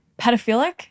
Pedophilic